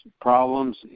problems